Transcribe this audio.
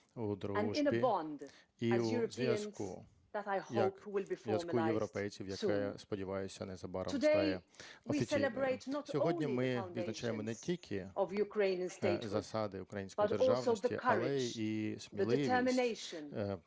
у зв'язку як зв'язку європейців, який, я сподіваюся, незабаром стане офіційним. Сьогодні ми відзначаємо не тільки засади української державності, але і сміливість,